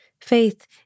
Faith